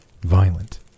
Violent